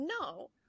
No